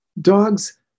Dogs